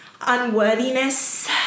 unworthiness